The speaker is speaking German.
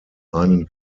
einen